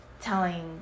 telling